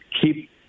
keep